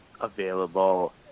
available